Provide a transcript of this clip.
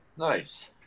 Nice